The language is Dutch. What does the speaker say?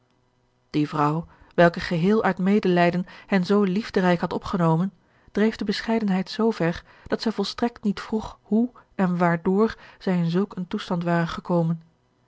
die vrouw welke geheel uit medelijden hen zoo liefderijk had opgenomen dreef de bescheidenheid zoover dat zij volstrekt niet vroeg hoe en waardoor zij in zulk een toestand waren gekomen